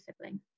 sibling